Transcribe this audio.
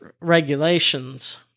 regulations